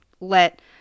let